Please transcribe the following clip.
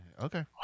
Okay